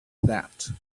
that